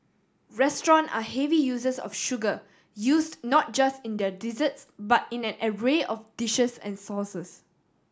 restaurant are heavy users of sugar used not just in their desserts but in an array of dishes and sauces